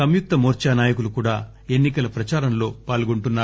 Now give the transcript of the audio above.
సంయుక్త మోర్చా నాయకులు కూడా ఎన్నికల ప్రచారంలో పాల్గొంటున్నారు